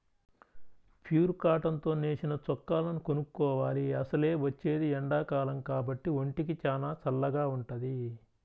pure cotton తో నేసిన చొక్కాలను కొనుక్కోవాలి, అసలే వచ్చేది ఎండాకాలం కాబట్టి ఒంటికి చానా చల్లగా వుంటది